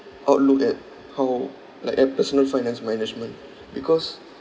outlook at how like at personal finance management because